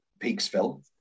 Peaksville